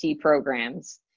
programs